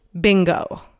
Bingo